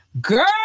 girl